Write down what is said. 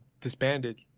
disbanded